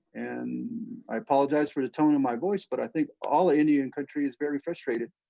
and i apologize for the tone of my voice, but i think all indian country is very frustrated.